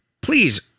Please